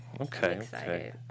Okay